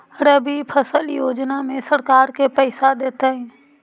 रबि फसल योजना में सरकार के पैसा देतै?